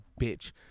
bitch